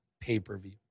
pay-per-view